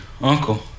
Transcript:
uncle